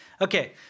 Okay